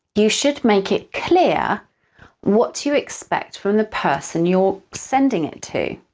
you should make it clear what you expect from the person you're sending it to.